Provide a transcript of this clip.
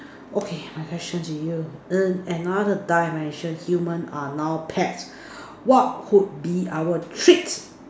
okay my question to you err in another dimension human are now pets what could be our treat